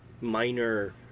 minor